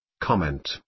Comment